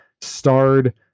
starred